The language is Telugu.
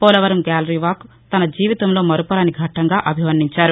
పోలవరం గ్యాలరీ వాక్ తన జీవితంలో మరఫురాని ఘట్టంగా అభివర్ణించారు